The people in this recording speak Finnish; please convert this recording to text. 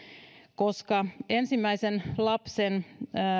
koska ensimmäisen lapsen